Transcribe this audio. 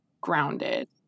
grounded